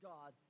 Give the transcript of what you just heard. God